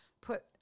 put